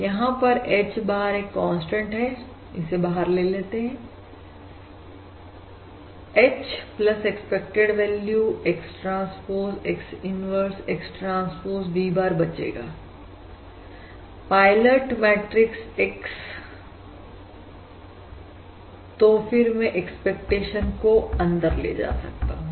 यहां पर H bar एक कांस्टेंट है इसे बाहर ले लेते हैं H expected value X transpose X inverse X transpose V bar बचेगा पायलट मैट्रिक्स X एक तो मैं एक्सपेक्टेशन को अंदर ले जा सकता हूं